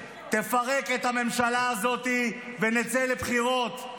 תפרק את הממשלה הזאת ונצא לבחירות,